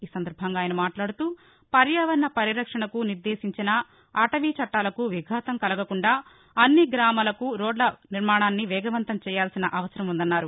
ఈ సందర్బంగా ఆయన మాట్లాడుతూ పర్యావరణ పరిరక్షణకు నిర్దేశించిన అటవీ చట్టాలకు విఘాతం కలగకుండా అన్ని గ్రామాలకు రోడ్ల నిర్మాణాన్ని వేగవంతం చేయాల్సిన అవసరం ఉందన్నారు